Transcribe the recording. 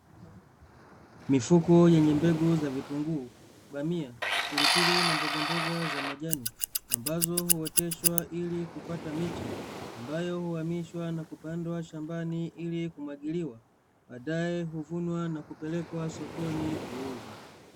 Mifuko yenye mbegu za vitunguu, bamia, pilipili na mbogamboga za majani; ambazo huoteshwa ili kupata miche ambayo huamishwa na kupandwa shambani ili kumwagiliwa, badaye huvunwa na kupelekwa sokoni kuuzwa.